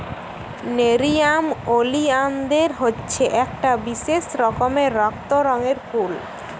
nerium oleander হচ্ছে একটা বিশেষ রকমের রক্ত রঙের ফুল